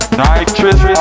nitrous